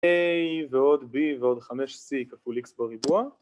a ועוד b ועוד 5c כפול x בריבוע